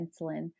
insulin